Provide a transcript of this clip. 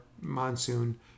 Monsoon